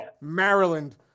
Maryland